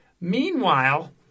Meanwhile